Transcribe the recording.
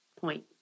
point